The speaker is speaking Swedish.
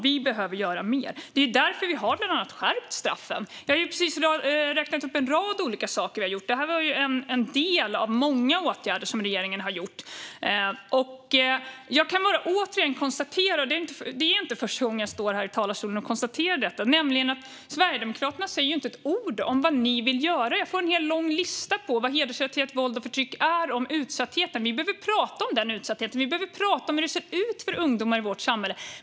Vi behöver göra mer, och det är därför vi bland annat har skärpt straffen. Jag räknade precis upp en rad olika saker som vi har gjort, en del av många åtgärder som regeringen har vidtagit. Jag kan bara återigen konstatera, och det är inte första gången jag står här i talarstolen och konstaterar detta, att Sverigedemokraterna inte säger ett ord om vad ni vill göra. Jag får en hel, lång lista på vad hedersrelaterat våld och förtryck är och om utsattheten, och den utsattheten behöver vi prata om. Vi behöver prata om hur det ser ut för ungdomar i vårt samhälle.